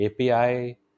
api